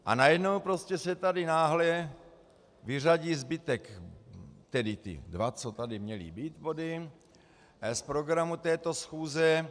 A najednou prostě se tady náhle vyřadí zbytek, tedy ty dva body, co tady měly být, z programu této schůze.